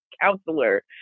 counselor